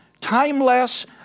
timeless